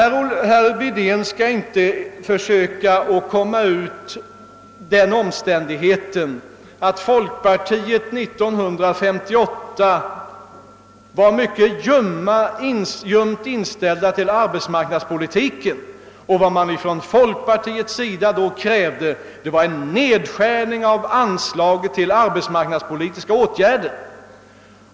Herr Wedén skall inte försöka att nu komma ifrån att man i folkpartiet 1958 var mycket ljumt inställd till arbetsmarknadspolitiken. Vad folkpartiet då krävde var en nedskärning av anslaget till arbetsmarknadspolitiska åtgärder.